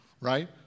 right